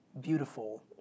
beautiful